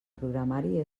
programari